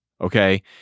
okay